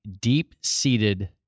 deep-seated